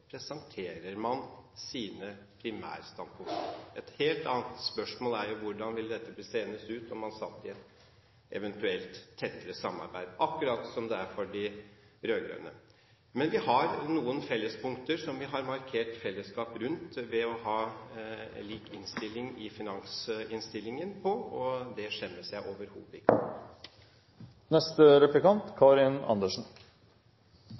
presenterer man sine primærstandpunkter. Et helt annet spørsmål er hvordan dette ville blitt seende ut om man satt i et eventuelt tettere samarbeid – akkurat slik det er for de rød-grønne. Men vi har noen fellespunkter som vi har markert fellesskap rundt, ved å ha lik innstilling, i finansinnstillingen, og det skjemmes jeg overhodet ikke over.